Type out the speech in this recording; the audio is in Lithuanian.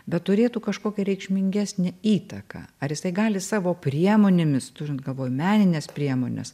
bet turėtų kažkokią reikšmingesnę įtaką ar jisai gali savo priemonėmis turint galvoj menines priemones